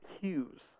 Hughes